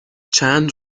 چند